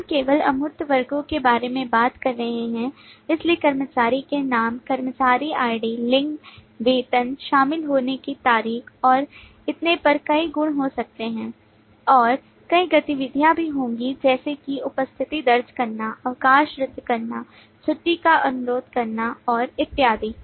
हम केवल अमूर्त वर्गो के बारे में बात कर रहे हैं इसलिए कर्मचारी के नाम कर्मचारी आईडी लिंग वेतन शामिल होने की तारीख और इतने पर कई गुण हो सकते हैं और कई गतिविधियां भी होंगी जैसे कि उपस्थिति दर्ज करना अवकाश रद्द करना छुट्टी का अनुरोध करना और इत्यादि